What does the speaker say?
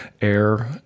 air